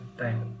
time